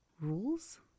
rules